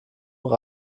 noch